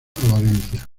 valencia